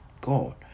God